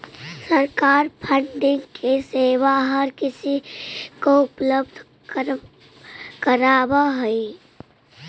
सरकार फंडिंग की सेवा हर किसी को उपलब्ध करावअ हई